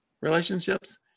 relationships